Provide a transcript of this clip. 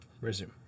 Resume